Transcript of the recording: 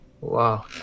Wow